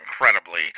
incredibly